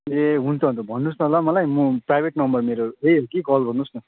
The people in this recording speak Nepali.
ए हुन्छ हुन्छ भन्नुहोस् न ल मलाई म प्राइभेट नम्बर मेरो यही हो कि कल गर्नुहोस् न